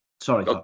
Sorry